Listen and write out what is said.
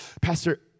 Pastor